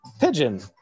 pigeon